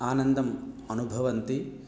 आनन्दम् अनुभवन्ति